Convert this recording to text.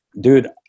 dude